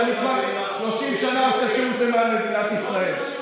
אני כבר 30 שנה עושה שירות למען מדינת ישראל.